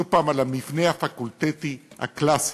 שוב פעם, על המבנה הפקולטתי הקלאסי.